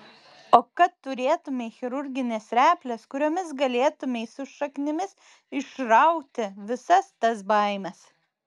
o kad turėtumei chirurgines reples kuriomis galėtumei su šaknimis išrauti visas tas baimes